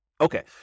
Okay